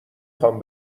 خوام